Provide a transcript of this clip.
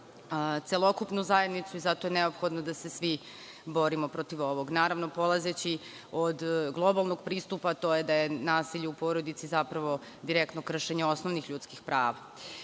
celokupnu zajednicu i zato je neophodno da se svi borimo protiv ovoga, naravno, polazeći od globalnog pristupa, a to je da je nasilje u porodici zapravo direktno kršenje osnovnih ljudskih prava. Prvi